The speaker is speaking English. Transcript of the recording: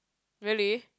really